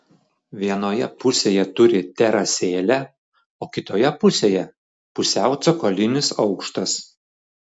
vienoje pusėje turi terasėlę o kitoje pusėje pusiau cokolinis aukštas